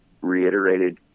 reiterated